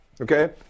Okay